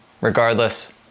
Regardless